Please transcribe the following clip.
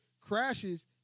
crashes